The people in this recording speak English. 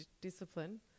discipline